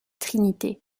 trinité